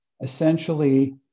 essentially